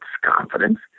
confidence